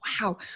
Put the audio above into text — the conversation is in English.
wow